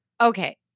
Okay